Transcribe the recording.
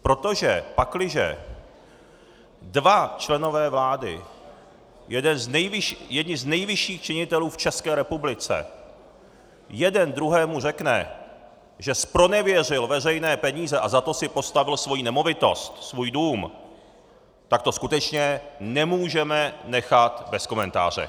Protože pakliže dva členové vlády, jedni z nejvyšších činitelů v České republice, jeden druhému řekne, že zpronevěřil veřejné peníze a za to si postavil svoji nemovitost, svůj dům, tak to skutečně nemůžeme nechat bez komentáře.